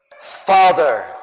Father